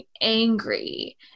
angry